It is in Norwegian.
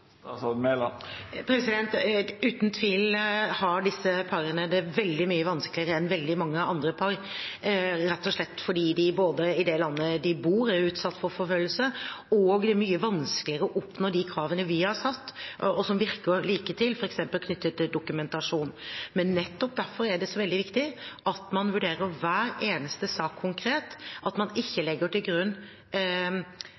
Uten tvil har disse parene det veldig mye vanskeligere enn veldig mange andre par, rett og slett både fordi de i det landet de bor, er utsatt for forfølgelse, og fordi det er mye vanskeligere å oppnå de kravene vi har satt, og som virker liketille, f.eks. knyttet til dokumentasjon. Men nettopp derfor er det så veldig viktig at man vurderer hver eneste sak konkret, at man ikke